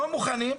לא מוכנים?